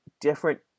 different